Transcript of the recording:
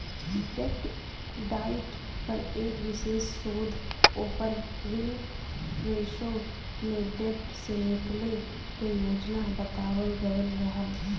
डेब्ट डाइट पर एक विशेष शोध ओपर विनफ्रेशो में डेब्ट से निकले क योजना बतावल गयल रहल